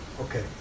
okay